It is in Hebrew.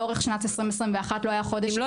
לאורך שנת 2021 לא היה חודש -- אם לא